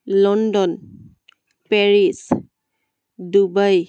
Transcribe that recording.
London Paris Dubai